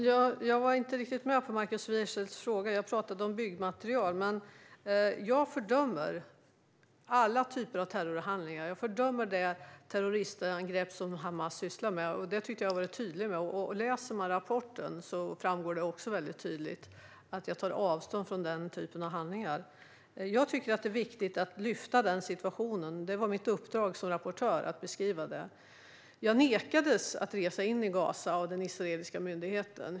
Fru talman! Jag var inte riktigt med på Markus Wiechels fråga. Jag talade om byggmaterial. Men jag fördömer alla typer av terrorhandlingar. Jag fördömer de terroristangrepp som Hamas sysslar med. Det tycker jag att jag har varit tydlig med. Om man läser rapporten framgår det också mycket tydligt att jag tar avstånd från den typen av handlingar. Jag tycker att det är viktigt att lyfta fram denna situation. Det var mitt uppdrag som rapportör att beskriva den. Jag nekades av den israeliska myndigheten att resa in i Gaza.